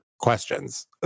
questions